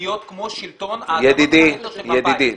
להיות כמו שלטון האזנות הסתר של מפא"י.